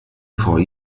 vor